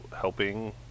helping